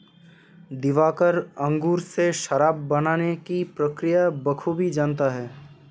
दिवाकर अंगूर से शराब बनाने की प्रक्रिया बखूबी जानता है